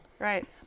Right